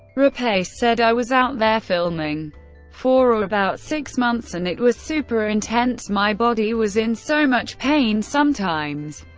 rapace said, i was out there filming for about six months and it was super-intense, my body was in so much pain sometimes,